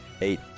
eight